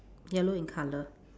yellow in colour